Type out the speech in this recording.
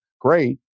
Great